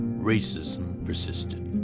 racism persisted.